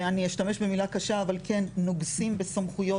ואני אשתמש במילה קשה אבל כן נוגסים בסמכויות